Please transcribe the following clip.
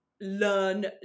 learn